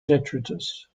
detritus